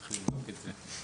צריך לבדוק את זה.